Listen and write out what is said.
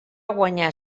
guanyar